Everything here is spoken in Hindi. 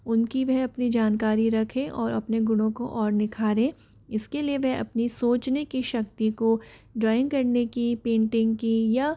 उनकी वह अपनी जानकारी रखें और अपने गुणों को और निखारें इसके लिए वह अपनी सोचने की शक्ति को ड्राइंग करने की पेंटिंग की या